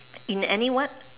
in any what